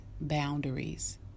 boundaries